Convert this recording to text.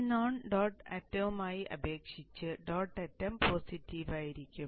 ഈ non dot അറ്റവുമായി അപേക്ഷിച്ച് ഡോട്ട് അറ്റം പോസിറ്റീവ് ആയിരിക്കും